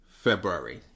February